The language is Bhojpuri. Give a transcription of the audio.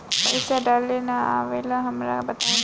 पईसा डाले ना आवेला हमका बताई?